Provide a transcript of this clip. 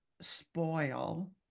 spoil